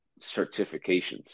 certifications